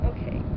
Okay